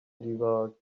divulge